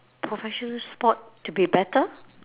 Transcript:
professional sport to be better